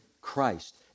Christ